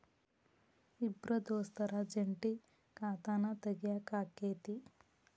ಇಬ್ರ ದೋಸ್ತರ ಜಂಟಿ ಖಾತಾನ ತಗಿಯಾಕ್ ಆಕ್ಕೆತಿ?